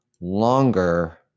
longer